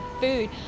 food